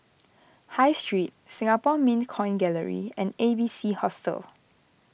High Street Singapore Mint Coin Gallery and A B C Hostel